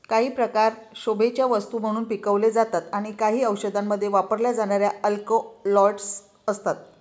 काही प्रकार शोभेच्या वस्तू म्हणून पिकवले जातात आणि काही औषधांमध्ये वापरल्या जाणाऱ्या अल्कलॉइड्स असतात